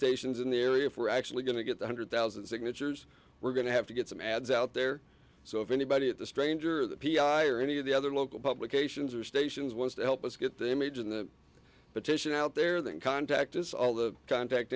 stations in the area if we're actually going to get the hundred thousand signatures we're going to have to get some ads out there so if anybody at the stranger or the p i or any of the other local publications or stations wants to help us get them age in the petition out there then contact is all the contact